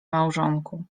małżonku